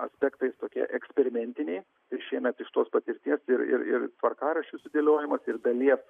aspektai tokie eksperimentiniai ir šiemet iš tos patirties ir ir ir tvarkaraščių sudėliojimas ir dalies